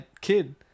kid